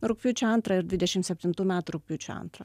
rugpjūčio antrą ir dvidešimt septintų metų rugpjūčio antrą